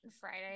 Friday